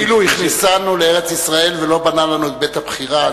אילו הכניסנו לארץ-ישראל ולא בנה לנו את בית הבחירה,